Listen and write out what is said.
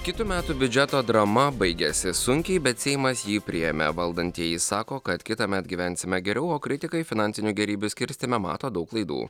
kitų metų biudžeto drama baigėsi sunkiai bet seimas jį priėmė valdantieji sako kad kitąmet gyvensime geriau o kritikai finansinių gėrybių skirstyme mato daug klaidų